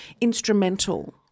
instrumental